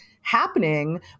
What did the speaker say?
happening